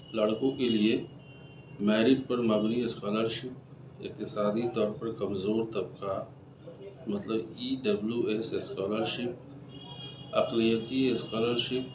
لڑکوں کے لئے میرٹ پر مبنی اسکالر شپ اقتصادی طور پر کمزور طبقہ مطلب E W S scholarship اقلیتی اسکالر شپ